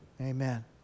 Amen